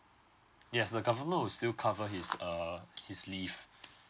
yes the government will still cover his uh his leave